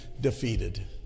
defeated